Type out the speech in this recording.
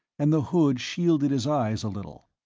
and the hood shielded his eyes a little.